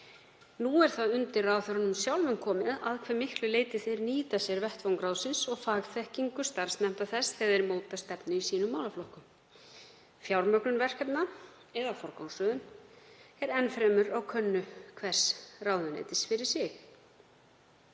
Það er undir ráðherrunum sjálfum komið að hve miklu leyti þeir nýta sér vettvang ráðsins og fagþekkingu starfsnefnda þess þegar þeir móta stefnu í sínum málaflokkum. Fjármögnun verkefna eða forgangsröðun er enn fremur á könnu hvers ráðuneytis fyrir sig.